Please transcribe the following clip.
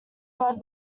blood